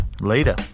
Later